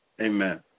Amen